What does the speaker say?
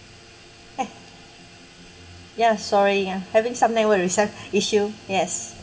ya sorry ya having some network recep issue yes